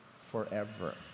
forever